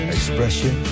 Expression